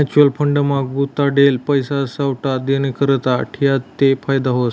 mutual fund मा गुताडेल पैसा सावठा दिननीकरता ठियात ते फायदा व्हस